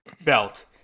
belt